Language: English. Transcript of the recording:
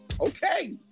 Okay